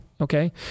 okay